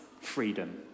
freedom